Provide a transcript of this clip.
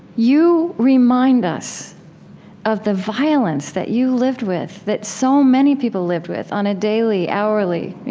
you remind us of the violence that you lived with, that so many people lived with, on a daily, hourly,